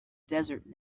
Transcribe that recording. desert